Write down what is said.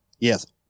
Yes